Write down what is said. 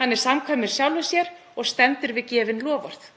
Hann er samkvæmur sjálfum sér og stendur við gefin loforð.